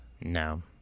No